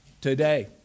today